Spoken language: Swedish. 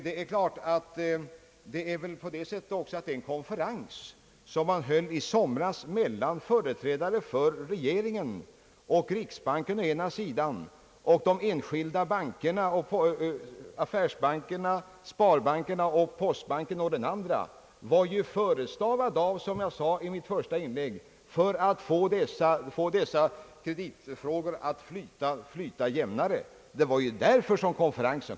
Det är väl också på det sättet att den konferens som man höll i fjol mellan företrädare för regeringen och riks banken å ena sidan och de enskilda bankerna — affärsbankerna och sparbankerna — samt postbanken å den andra ju var förestavad av, som jag sade i mitt första inlägg, en strävan att få dessa kreditfrågor att löpa jämnare när dessa frågors handläggning lämnat riksbanken.